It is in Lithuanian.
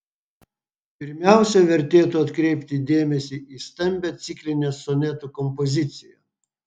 pirmiausia vertėtų atkreipti dėmesį į stambią ciklinę sonetų kompoziciją